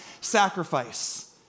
sacrifice